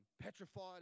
petrified